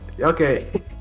okay